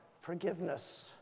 forgiveness